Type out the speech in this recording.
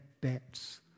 bets